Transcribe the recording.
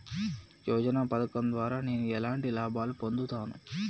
యోజన పథకం ద్వారా నేను ఎలాంటి లాభాలు పొందుతాను?